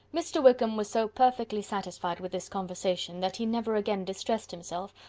mr. wickham was so perfectly satisfied with this conversation that he never again distressed himself,